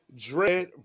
Dread